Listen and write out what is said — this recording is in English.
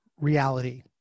reality